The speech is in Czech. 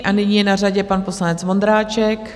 A nyní je na řadě pan poslanec Vondráček.